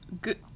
good